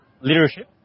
leadership